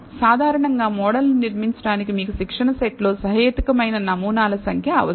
సాధారణంగా మోడల్ ను నిర్మించడానికి మీకు శిక్షణ సెట్ లో సహేతుకమైన నమూనాల సంఖ్య అవసరం